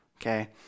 okay